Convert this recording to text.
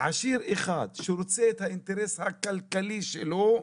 עשיר אחד שרוצה את האינטרס הכלכלי שלו,